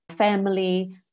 Family